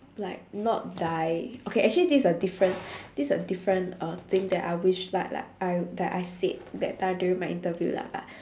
like not die okay actually this a different this a different uh thing that I wished like like I that I said that time during my interview lah but